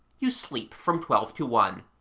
you sleep from twelve to one.